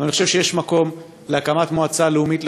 ואני חושב שיש מקום להקמת מועצה לאומית לחינוך.